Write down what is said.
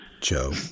Joe